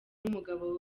n’umugabo